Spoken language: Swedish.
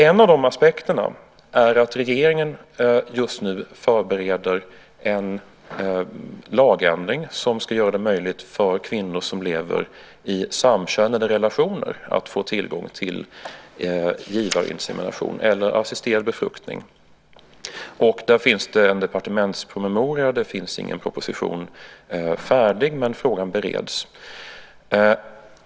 En av de aspekterna är att regeringen just nu förbereder en lagändring som ska göra det möjligt för kvinnor som lever i samkönade relationer att få tillgång till givarinsemination eller assisterad befruktning. Där finns det en departementspromemoria. Det finns ingen proposition färdig, men frågan bereds.